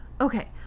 Okay